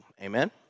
Amen